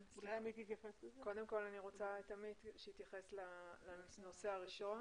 קודם אני רוצה שעמית יתייחס לנושא הראשון.